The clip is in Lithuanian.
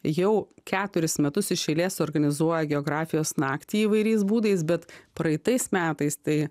jau keturis metus iš eilės organizuoja geografijos naktį įvairiais būdais bet praeitais metais tai